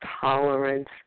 tolerance